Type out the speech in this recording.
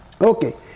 Okay